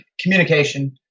communication